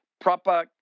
proper